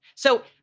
so.